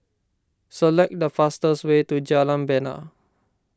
select the fastest way to Jalan Bena